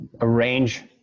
arrange